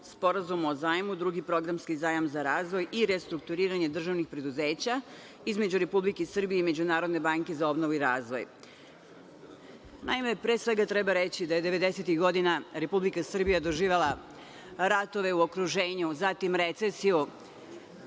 Sporazumu o zajmu, drugi programski zajam za razvoj i restrukturiranje državnih preduzeća, između Republike Srbije i Međunarodne banke za obnovu i razvoj. Naime, pre svega treba reći da je devedesetih godina Republika Srbija doživela ratove u okruženju, zatim recesiju.